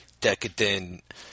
decadent